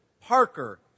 parker